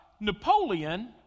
Napoleon